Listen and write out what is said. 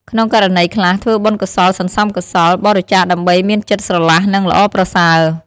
ក្នុងករណីខ្លះ ធ្វើបុណ្យកុសលសន្សំកុសល បរិច្ចាគដើម្បីមានចិត្តស្រឡះនិងល្អប្រសើរ។